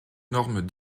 normes